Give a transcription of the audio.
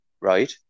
right